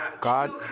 God